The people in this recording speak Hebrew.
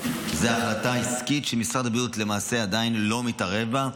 --- זו החלטה עסקית שמשרד הבריאות למעשה עדיין לא מתערב בה,